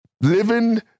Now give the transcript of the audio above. living